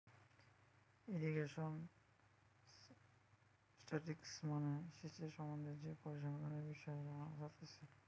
irrigation statistics মানে সেচের সম্বন্ধে যে পরিসংখ্যানের বিষয় জানা যাতিছে